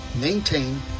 maintain